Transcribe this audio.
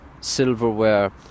silverware